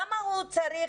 למה הוא צריך,